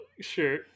Sure